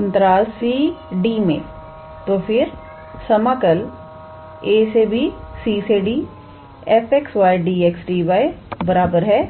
अंतराल 𝑐 𝑑 में तो फिर समाकल ab cd 𝑓𝑥 𝑦𝑑𝑥𝑑𝑦cd ab 𝑓𝑥 𝑦𝑑𝑥𝑑𝑦 होगा